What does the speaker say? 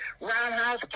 roundhouse